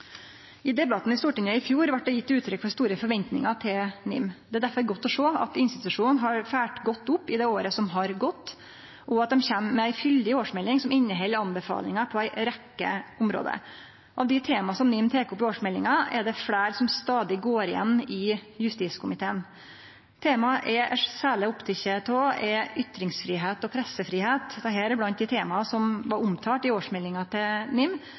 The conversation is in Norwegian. I debatten i Stortinget i fjor vart det gjeve uttrykk for store forventningar til NIM. Det er derfor godt å sjå at institusjonen har følgt godt opp i det året som har gått, og at dei kjem med ei fyldig årsmelding som inneheld anbefalingar på ei rekkje område. Av dei tema som NIM tek opp i årsmeldinga, er det fleire som stadig går igjen i justiskomiteen. Tema eg er særleg oppteken av, er ytringsfridom og pressefridom. Dette er blant dei temaa som var omtalte i årsmeldinga til NIM.